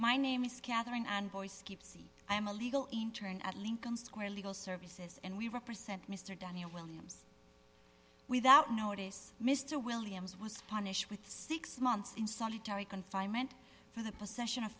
my name is catherine and voice keep c i am a legal intern at lincoln square legal services and we represent mr danny williams without notice mr williams was punished with six months in solitary confinement for the possession of